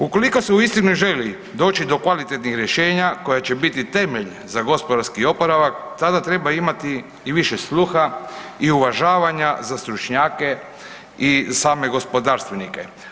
Ukoliko se uistinu želi doći do kvalitetnih rješenja koja će biti temelj za gospodarski oporavak, tada treba imati i više sluha i uvažavanja za stručnjake i za same gospodarstvenike.